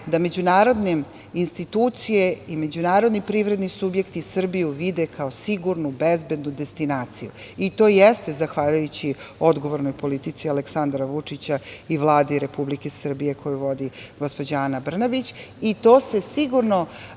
da međunarodne institucije i međunarodni privredni subjekti Srbiju vide kao sigurnu, bezbednu destinaciju. To jeste zahvaljujući odgovornoj politici Aleksandra Vučića i Vladi Republike Srbije koju vodi gospođa Ana Brnabić. To će sigurno